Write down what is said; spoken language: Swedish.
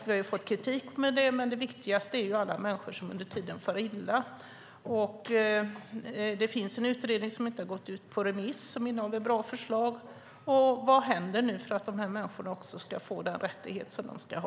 Vi har fått kritik för detta, men det viktigaste är ju alla människor som far illa under tiden. Det finns en utredning som inte har gått ut på remiss som innehåller bra förslag. Vad händer nu, för att dessa människor ska få den rättighet som de ska ha?